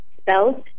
spelled